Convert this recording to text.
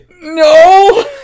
no